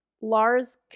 Lars